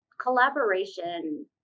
collaboration